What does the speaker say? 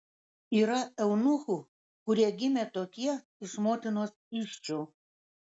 yra eunuchų kurie gimė tokie iš motinos įsčių